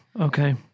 Okay